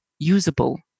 Usable